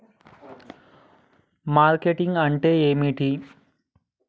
Marketing అంటే ఏంటిది?